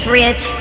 rich